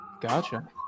Gotcha